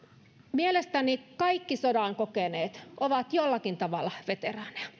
mielestäni kaikki sodan kokeneet ovat jollakin tavalla veteraaneja